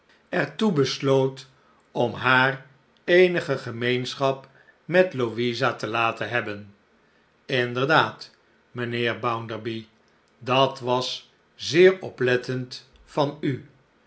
besloot om haar eenige gemeenschap met louisa te laten hebben inderdaad mijnheer bounderby dat was zeer oplettend van u